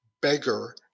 Beggar